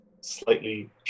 slightly